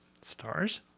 Stars